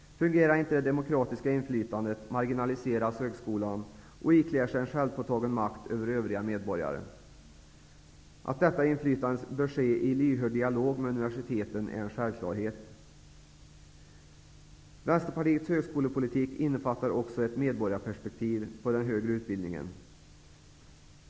Fungerar inte det demokratiska inflytandet marginaliseras högskolan, och den ikläder sig en självpåtagen makt över övriga medborgare. Att detta inflytande bör ske i en lyhörd dialog med universiteten är en självklarhet. Vänsterpartiets högskolepolitik innefattar också ett medborgarperspektiv på den högre utbildningen.